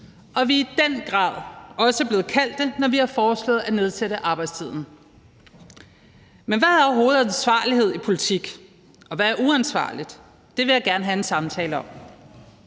og vi er i den grad også blevet kaldt det, når vi har foreslået at nedsætte arbejdstiden. Men hvad er overhovedet ansvarlighed i politik, og hvad er uansvarligt? Det vil jeg gerne have en samtale om.